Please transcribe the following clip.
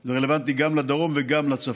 זה רלוונטי גם לדרום וגם לצפון.